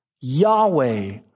Yahweh